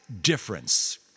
difference